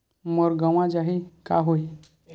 मोर गंवा जाहि का होही?